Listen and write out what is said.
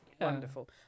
Wonderful